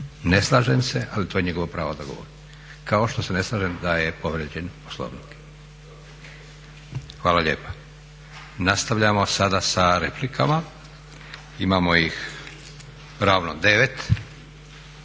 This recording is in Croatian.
Ne slažem se, ali to je njegovo pravo da govori. Kao što se ne slažem da je povrijeđen Poslovnik. Hvala lijepa. Nastavljamo sada sa replikama. Imamo ih ravno 9.